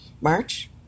March